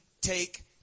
take